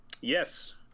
yes